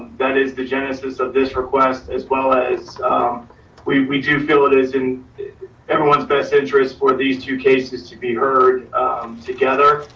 that is the genesis of this request, as well as we we do feel it is in everyone's best interest for these two cases to be heard together.